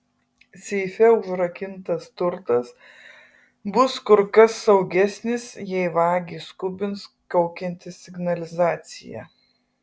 seife užrakintas turtas bus kur kas saugesnis jei vagį skubins kaukianti signalizacija